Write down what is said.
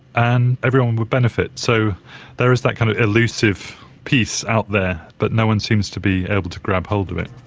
and everyone would benefit. so there is that kind of elusive peace out there, but no one seems to be able to grab hold of it.